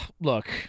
Look